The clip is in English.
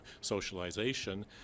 socialization